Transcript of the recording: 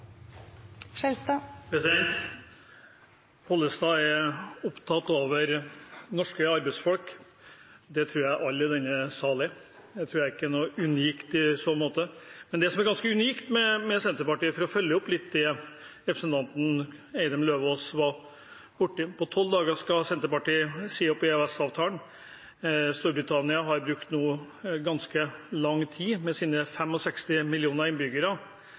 opptatt av norske arbeidsfolk. Det tror jeg alle i denne salen er. Det tror jeg ikke er unikt i så måte. Men det som er ganske unikt med Senterpartiet, for å følge opp litt det representanten Eidem Løvaas var innom, er at på tolv dager skal Senterpartiet si opp EØS-avtalen. Storbritannia med sine 65 millioner innbyggere og Europas nest største økonomi har brukt ganske lang tid,